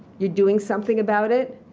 you're doing something about it.